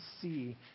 see